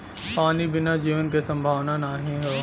पानी बिना जीवन के संभावना नाही हौ